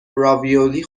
راویولی